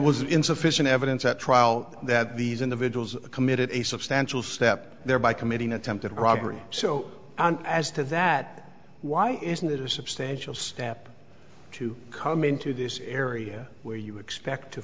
was insufficient evidence at trial that these individuals committed a substantial step thereby committing attempted robbery so as to that why isn't that a substantial step to come into this area where you expect to